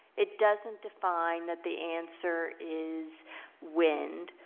it doesn't define that the answer is wind.